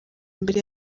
mbere